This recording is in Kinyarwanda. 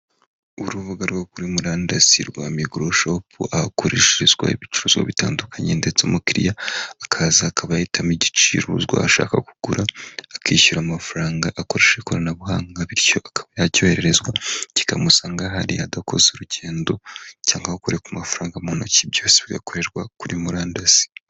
Urubuga rwo kuri muranda rwa migoro shop akoreshezwa ibicuruzwa bitandukanye ndetse umukiriya akaza akaba ahitamo igicirozwa ashaka kugura akishyura amafaranga akoresha ikoranabuhanga bityo aka yacyohererezwa kikamusanga hari adakoze urugendo cyangwa kurekwa amafaranga mu ntoki byose bigakorerwa kuri murandasi.